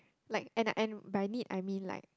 like and and by need I mean like